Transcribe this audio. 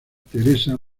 theresa